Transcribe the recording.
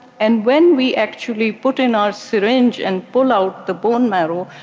and when we actually put in our syringe and pull out the bone marrow,